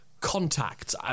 contacts